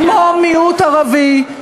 כמו מיעוט ערבי,